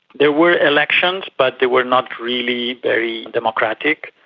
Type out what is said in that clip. there were elections but they were not really very democratic.